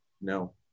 No